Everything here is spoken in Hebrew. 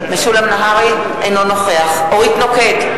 אינו נוכח אורית נוקד,